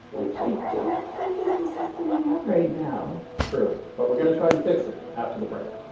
which i don't think is the system we have right now true, but we're going to try and fix it after the break